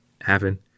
happen